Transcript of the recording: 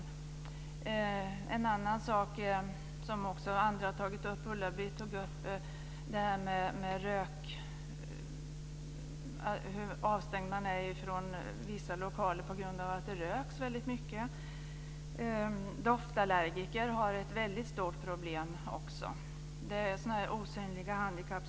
Bl.a. Ulla-Britt tog vidare upp den bristande tillgängligheten i vissa lokaler på grund av att det röks mycket i dem. Också doftallergiker har ett väldigt stort problem. Det finns mycket jobbiga osynliga handikapp.